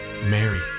Mary